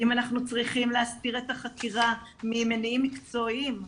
אנחנו צריכים להסתיר את החקירה ממניעים מקצועיים.